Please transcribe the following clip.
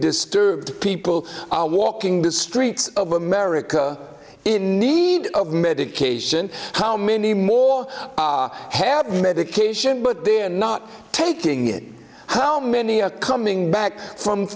disturbed people are walking the streets of america in need of medication how many more have medication but they're not taking it how many are coming back from